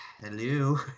Hello